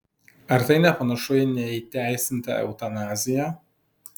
ar tai nepanašu į neįteisintą eutanaziją